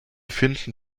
finden